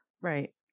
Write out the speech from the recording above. Right